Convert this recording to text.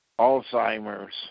Alzheimer's